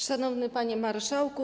Szanowny Panie Marszałku!